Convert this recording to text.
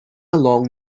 alone